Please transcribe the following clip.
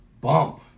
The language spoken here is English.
bump